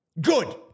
Good